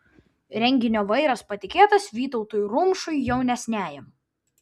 renginio vairas patikėtas vytautui rumšui jaunesniajam